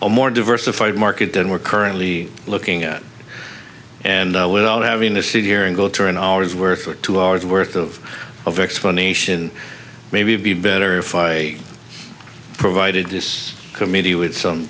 a more diversified market than we're currently looking at and without having to sit here and go to an hour's worth of two hours worth of of explanation maybe be better if i provided this committee with some